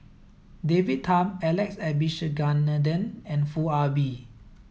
David Tham Alex Abisheganaden and Foo Ah Bee